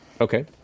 Okay